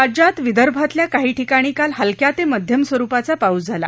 राज्यात विदर्भातल्या काही ठिकाणी काल हलक्या ते मध्यम स्वरुपाचा पाऊस झाला